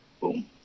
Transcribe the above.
Boom